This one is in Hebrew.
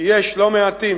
כי יש לא מעטים